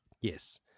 Yes